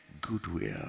goodwill